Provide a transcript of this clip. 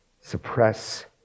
suppress